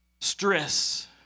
stress